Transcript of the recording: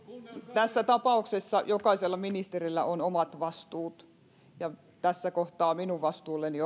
tapauksessa jokaisella ministerillä on omat vastuut ja tässä kohtaa minun vastuullani